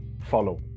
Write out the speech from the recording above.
follow